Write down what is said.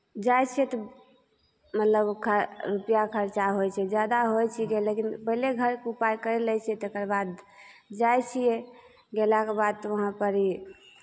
जाइ छियै तऽ मतलब खर रुपैआ खर्चा होइ छै जादा होइ छिकै लेकिन पहिले घरके उपाय करि लै छियै तकर बाद जाइ छियै गयलाके बाद तऽ वहाँ पड़ी